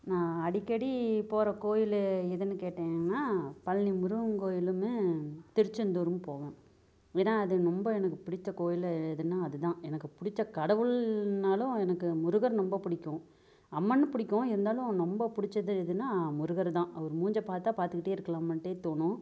நான் அடிக்கடி போகிற கோயில் எதுன்னு கேட்டிங்கன்னால் பழனி முருகன் கோயிலும் திருச்செந்தூரும் போவேன் ஏன்னால் அது ரொம்ப எனக்கு பிடித்த கோயில் எதுன்னால் அது தான் எனக்கு பிடிச்ச கடவுள்னாலும் எனக்கு முருகர் ரொம்ப பிடிக்கும் அம்மனும் பிடிக்கும் இருந்தாலும் ரொம்ப பிடிச்சது எதுனால் முருகர் தான் அவர் மூஞ்ச பார்த்தா பார்த்துக்கிட்டே இருக்கலாமானுட்டே தோணும்